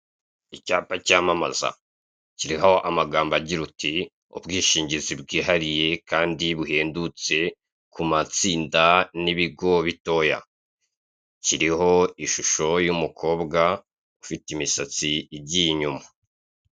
Icyapa cyamamaza kiriho amagambo agira ati ubwishingizi bwihariye kandi buhendutse kumatsinda n'ibigo bitoya kiriho ishusho y'umukobwa ufite imisatsi igiye inyuma.